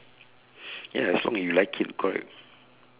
ya as long you like it correct